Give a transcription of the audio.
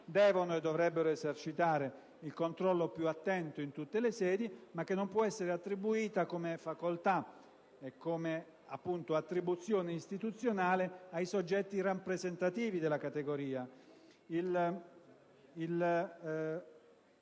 devono o dovrebbero esercitare il controllo più attento in tutte le sedi, ma che non può essere assegnata come facoltà e come attribuzione istituzionale ai soggetti rappresentativi della categoria.